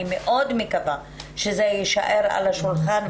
אני מאוד מקווה שזה יישאר על השולחן.